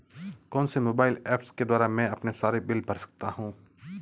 कौनसे mobile apps के द्वारा मैं अपने सारे बिल भर सकता हूं?